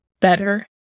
better